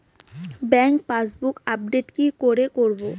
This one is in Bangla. ব্যাংক পাসবুক আপডেট কি করে করবো?